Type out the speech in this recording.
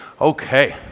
Okay